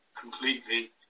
completely